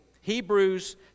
Hebrews